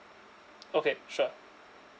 okay sure